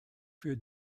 für